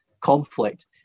conflict